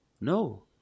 No